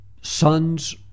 sons